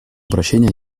прощения